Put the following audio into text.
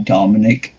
Dominic